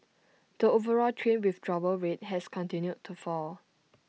the overall train withdrawal rate has continued to fall